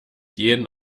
jeden